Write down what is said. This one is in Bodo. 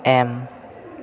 एम